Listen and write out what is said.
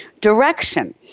direction